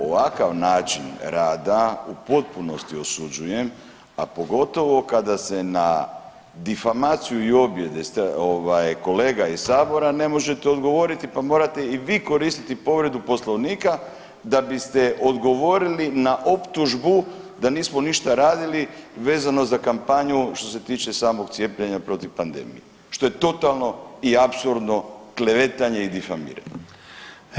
Ovakav način rada u potpunosti osuđujem, a pogotovo kada se na difamaciju i objede ovaj kolega iz sabora ne možete odgovoriti pa morate i vi koristiti povredu Poslovnika da biste odgovorili na optužbu da nismo ništa radili vezano za kampanju što se tiče samog cijepljenja protiv pandemije što je totalno i apsurdno klevetanje i difamiranje.